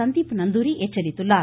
சந்தீப் நந்தூரி எச்சரித்துள்ளார்